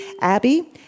Abby